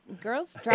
girls